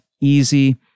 easy